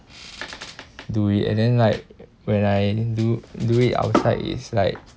do it and then like when I do do it outside is like